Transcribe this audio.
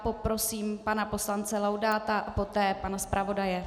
Prosím pana poslance Laudáta a poté pana zpravodaje.